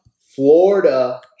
Florida